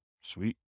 Sweet